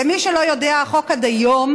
למי שלא יודע, החוק עד היום,